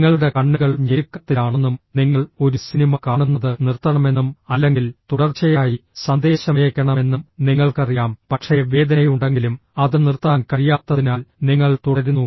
നിങ്ങളുടെ കണ്ണുകൾ ഞെരുക്കത്തിലാണെന്നും നിങ്ങൾ ഒരു സിനിമ കാണുന്നത് നിർത്തണമെന്നും അല്ലെങ്കിൽ തുടർച്ചയായി സന്ദേശമയയ്ക്കണമെന്നും നിങ്ങൾക്കറിയാം പക്ഷേ വേദനയുണ്ടെങ്കിലും അത് നിർത്താൻ കഴിയാത്തതിനാൽ നിങ്ങൾ തുടരുന്നു